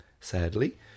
sadly